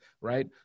right